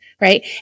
Right